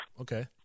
Okay